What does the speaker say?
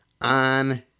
on